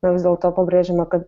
na vis dėlto pabrėžiama kad